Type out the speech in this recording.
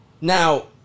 Now